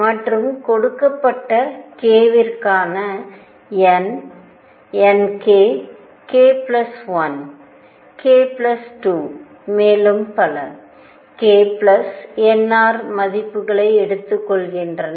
மற்றும்கொடுக்கப்பட்ட K விற்கான n nk k 1 k 2 மேலும் பல k nr மதிப்புகளை எடுத்துக் கொள்கின்றன